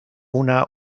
una